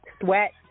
sweat